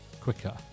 quicker